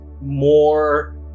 more